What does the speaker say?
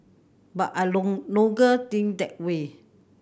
but I think that way